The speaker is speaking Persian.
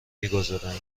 میگذارند